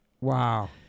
Wow